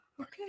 Okay